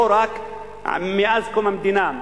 לא רק מאז קום המדינה,